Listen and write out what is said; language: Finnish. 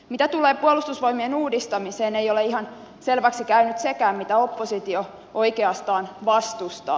mitä tulee puolustusvoimien uudistamiseen ei ole ihan selväksi käynyt sekään mitä oppositio oikeastaan vastustaa